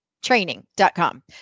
Training.com